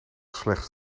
slechts